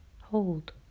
hold